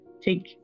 take